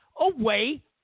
away